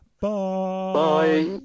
bye